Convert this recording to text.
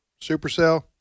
Supercell